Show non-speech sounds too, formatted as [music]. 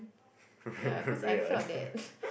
[breath] red one [laughs]